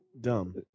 dumb